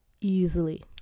easily